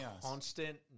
constant